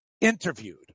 interviewed